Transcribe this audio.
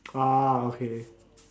ah okay